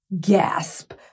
gasp